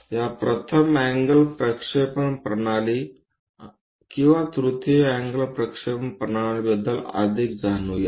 या प्रथम अँगल प्रक्षेपण प्रणाली किंवा तृतीय अँगल प्रक्षेपण प्रणालीबद्दल अधिक जाणून घ्या